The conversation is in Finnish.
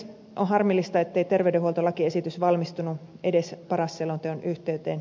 on harmillista ettei terveydenhuoltolakiesitys valmistunut edes paras selonteon yhteyteen